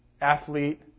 athlete